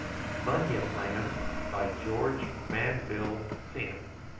bunyip land by george manville fenn.